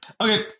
Okay